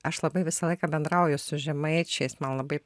aš labai visą laiką bendrauju su žemaičiais man labai